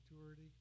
maturity